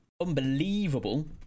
unbelievable